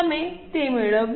તમે તે મેળવ્યું